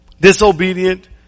disobedient